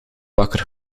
wakker